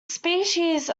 species